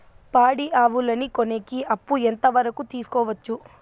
పాడి ఆవులని కొనేకి అప్పు ఎంత వరకు తీసుకోవచ్చు?